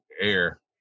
air